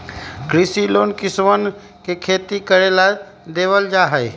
कृषि लोन किसनवन के खेती करे ला देवल जा हई